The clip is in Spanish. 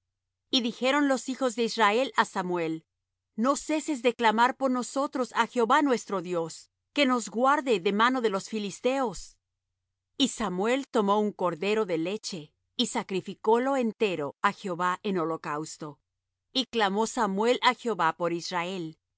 y dijeron los hijos de israel á samuel no ceses de clamar por nosotros á jehová nuestro dios que nos guarde de mano de los filisteos y samuel tomó un cordero de leche y sacrificólo entero á jehová en holocausto y clamó samuel á jehová por israel